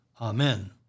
Amen